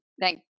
thank